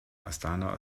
astana